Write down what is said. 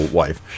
wife